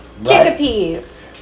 Chickpeas